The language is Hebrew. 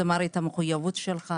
זה מראה את המחויבות שלך.